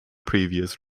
previous